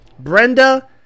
Brenda